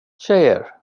tjejer